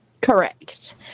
Correct